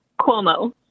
Cuomo